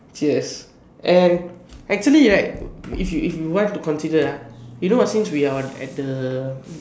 cheers and actually right if you if you want to consider ah you know what since we are on at the